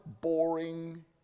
boring